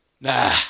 Nah